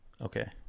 Okay